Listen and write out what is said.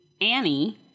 Annie